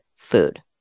food